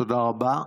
תודה רבה.